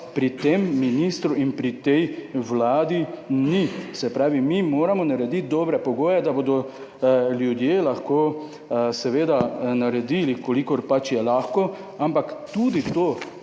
pri tem ministru in pri tej Vladi ni. Se pravi, mi moramo narediti dobre pogoje, da bodo ljudje lahko seveda naredili, kolikor pač je lahko, ampak tudi to,